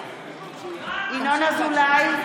ינון אזולאי,